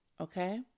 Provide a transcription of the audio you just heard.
okay